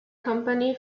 company